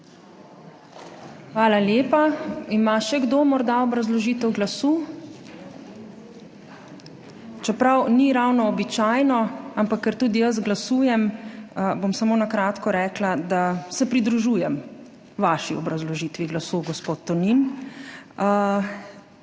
Hvala lepa. Ima morda še kdo obrazložitev glasu? (Ne.) Čeprav ni ravno običajno, ampak ker tudi jaz glasujem, bom samo na kratko rekla, da se pridružujem vaši obrazložitvi glasu, gospod Tonin.